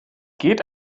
geht